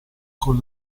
con